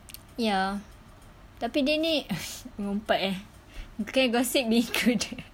ya tapi dia ni mengumpat eh can gossip gitu jer